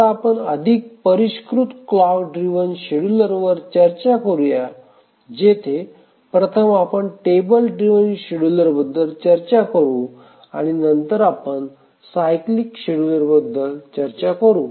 आता आपण अधिक परिष्कृत क्लॉक ड्रिव्हन शेड्यूलर वर चर्चा करूया जेथे प्रथम आपण टेबल ड्रिव्हन शेड्यूलरबद्दल चर्चा करू आणि नंतर आपण सायक्लीक शेड्यूलरबद्दल बद्दल चर्चा करू